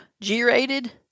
g-rated